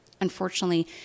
unfortunately